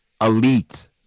elite